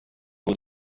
بود